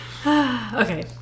okay